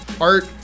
art